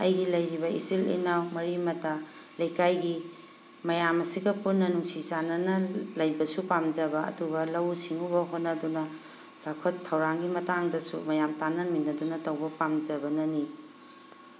ꯑꯩꯒꯤ ꯂꯩꯔꯤꯕ ꯏꯆꯤꯜ ꯏꯅꯥꯎ ꯃꯔꯤ ꯃꯇꯥ ꯂꯩꯀꯥꯏꯒꯤ ꯃꯌꯥꯝ ꯑꯁꯤꯒ ꯄꯨꯟꯅ ꯅꯨꯡꯁꯤ ꯆꯥꯟꯅꯅ ꯂꯩꯕꯁꯨ ꯄꯥꯝꯖꯕ ꯑꯗꯨꯒ ꯂꯧꯎ ꯁꯤꯡꯎꯕ ꯍꯣꯠꯅꯗꯨꯅ ꯆꯥꯎꯈꯠ ꯊꯧꯔꯥꯡꯒꯤ ꯃꯇꯥꯡꯗꯁꯨ ꯃꯌꯥꯝ ꯇꯥꯟꯅꯃꯤꯟꯅꯗꯨꯅ ꯇꯧꯕ ꯄꯥꯝꯖꯕꯅꯅꯤ